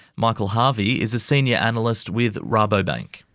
michael harvey is a senior analyst with rabobank.